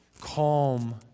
calm